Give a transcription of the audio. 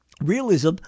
realism